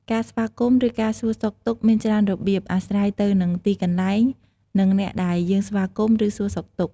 ការស្វាគមន៍ ឬការសួរសុខទុក្ខមានច្រើនរបៀបអាស្រ័យទៅនឹងទីកន្លែង និងអ្នកដែលយើងស្វាគមន៍ ឬសួរសុខទុក្ខ។